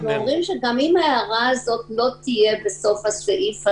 אנחנו אומרים שגם אם ההערה הזאת לא תהיה בסוף הסעיף,